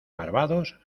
barbados